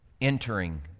entering